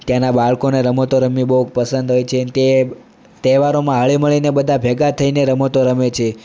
ત્યાંનાં બાળકોને રમતો રમવી બહુ પસંદ હોય છે તે તહેવારોમાં હળી મળીને બધા ભેગા થઈને રમતો રમે છે